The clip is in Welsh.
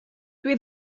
dwi